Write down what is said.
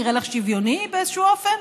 נראה לך שוויוני באיזשהו אופן?